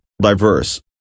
diverse